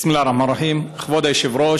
בסם אללה א-רחמאן א-רחים, כבוד היושב-ראש,